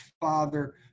father